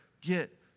get